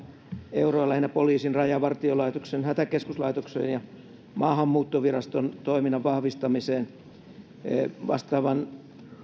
euroa lähinnä poliisin rajavartiolaitoksen hätäkeskuslaitoksen ja ja maahanmuuttoviraston toiminnan vahvistamiseen vastaavan